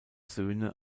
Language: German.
söhne